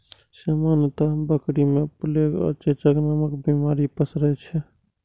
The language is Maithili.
सामान्यतः बकरी मे प्लेग आ चेचक नामक बीमारी पसरै छै